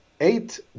eight